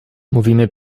mówimy